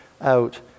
out